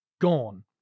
Gone